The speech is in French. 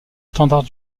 standards